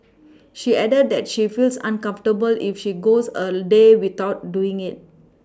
she added that she feels uncomfortable if she goes a day without doing it